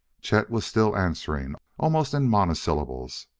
chet was still answering almost in monosyllables.